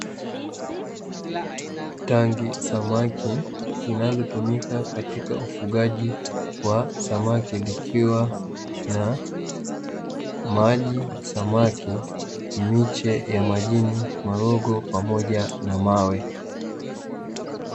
Tangi samaki linalotumika katika ufugaji wa samaki likiwa na maji, samaki, miche ya majini, magogo pamoja na mawe.